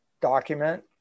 document